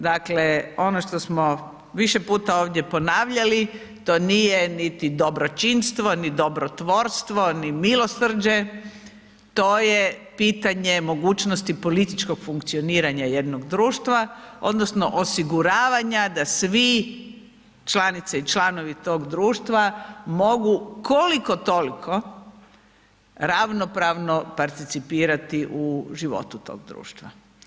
Dakle, ono što smo više puta ovdje ponavljali, to nije niti dobročinstvo ni dobrotvorstvo ni milosrđe, to je pitanje mogućnosti političkog funkcioniranja jednog društva, odnosno osiguravanja da svi članice i članovi tog društva mogu koliko-toliko ravnopravno participirati u životu tog društva.